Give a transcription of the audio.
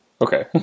Okay